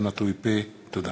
תודה.